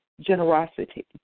generosity